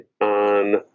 on